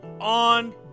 on